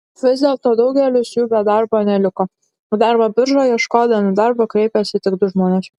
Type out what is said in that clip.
vis dėlto daugelis jų be darbo neliko į darbo biržą ieškodami darbo kreipėsi tik du žmonės